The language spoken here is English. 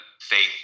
Faith